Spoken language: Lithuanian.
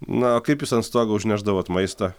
na o kaip jūs ant stogo užnešdavot maistą